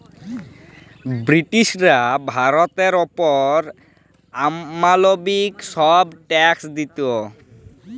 ব্রিটিশরা ভারতের অপর অমালবিক ছব ট্যাক্স দিত